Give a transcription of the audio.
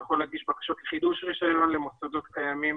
הוא יכול להגיש בקשות לחידוש רישיון למוסדות קיימים.